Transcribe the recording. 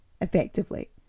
effectively